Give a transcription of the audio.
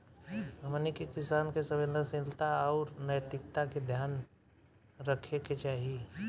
हमनी के किसान के संवेदनशीलता आउर नैतिकता के ध्यान रखे के चाही